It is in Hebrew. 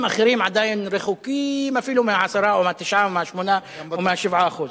רבים אחרים עדיין רחוקים אפילו מ-10% או מ-9% או מ-8% או מ-7%.